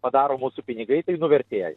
padaro mūsų pinigai tai nuvertėja